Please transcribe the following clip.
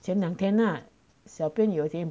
前两天啊小编有点